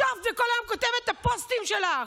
ישבת וכל היום כתבת את הפוסטים שלך.